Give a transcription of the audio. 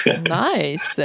Nice